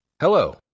Hello